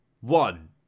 one